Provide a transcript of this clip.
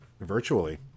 virtually